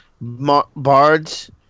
bards